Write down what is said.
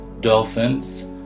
Dolphins